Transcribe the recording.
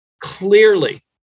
clearly